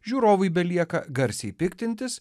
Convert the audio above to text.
žiūrovui belieka garsiai piktintis